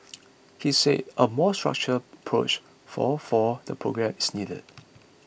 he said a more structured approach for for the programme is needed